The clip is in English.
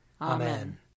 Amen